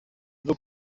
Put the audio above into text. rwo